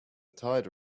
tide